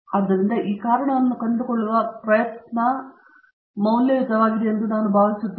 ಆದ್ದರಿಂದ ಈ ಕಾರಣವನ್ನು ಕಂಡುಕೊಳ್ಳುವ ಪ್ರಯತ್ನದ ಮೌಲ್ಯಯುತವಾಗಿದೆ ಎಂದು ನಾನು ಭಾವಿಸುತ್ತೇನೆ